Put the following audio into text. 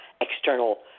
external